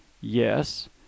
Yes